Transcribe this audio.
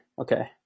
Okay